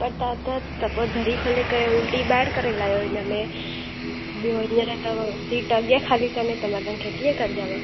पर तव्हां त त पोइ दरी खोले करे उलटी ॿाहिरि करे लाहियो इनमें ॿियों हींअर अथव सीट अॻियां खाली कोन्हे त मां तव्हांखे कीअं कढी ॾियांव